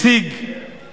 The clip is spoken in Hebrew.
השיג